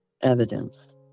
Evidence